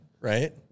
Right